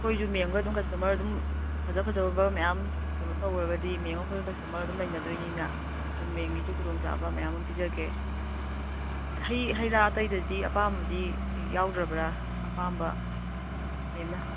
ꯑꯩꯈꯣꯏꯒꯨ ꯃꯦꯝꯒ ꯑꯗꯨꯝ ꯀꯁꯇꯃꯔ ꯑꯗꯨꯝ ꯐꯖ ꯐꯖꯕ ꯃꯌꯥꯝ ꯀꯩꯅꯣ ꯇꯧꯔꯒꯗꯤ ꯃꯦꯝ ꯑꯩꯈꯣꯏꯒ ꯀꯁꯇꯃꯔ ꯑꯗꯨꯝ ꯂꯩꯅꯗꯣꯏꯅꯤꯅ ꯑꯗꯨꯝ ꯃꯦꯝꯒꯤꯁꯨ ꯈꯨꯗꯣꯡ ꯆꯥꯕ ꯃꯌꯥꯝ ꯑꯃ ꯄꯤꯖꯒꯦ ꯍꯩ ꯍꯩꯔꯥ ꯑꯇꯩꯗꯗꯤ ꯑꯄꯥꯝꯕꯗꯤ ꯌꯥꯎꯗ꯭ꯔꯕ꯭ꯔ ꯑꯄꯥꯝꯕ ꯃꯦꯝꯅ